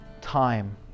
time